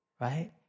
right